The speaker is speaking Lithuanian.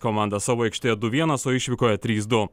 komandą savo aikštėje du vienas o išvykoje trys du